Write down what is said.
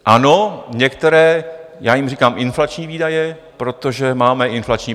Ano, některé já jim říkám inflační výdaje, protože máme inflační příjmy.